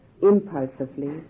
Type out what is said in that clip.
impulsively